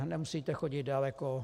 Nemusíte chodit daleko.